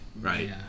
Right